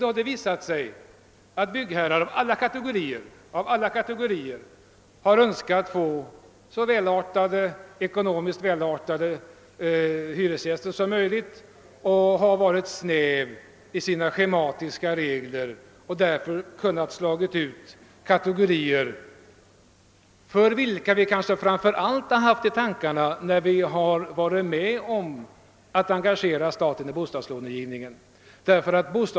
Det har emellertid visat sig att byggherrar av alla kategorier har önskat få ekonomiskt så välartade hyresgäster som möjligt och därför uppställt snäva schematiska regler, varigenom de kunnat slå ut sådana kategorier som vi kanske framför allt hade i tankarna när vi engagerade staten i bostadslångivningen.